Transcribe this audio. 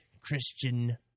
Christian